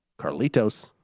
Carlitos